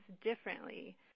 differently